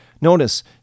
Notice